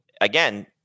again